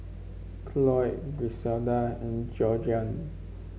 Cloyd Griselda and Georgeann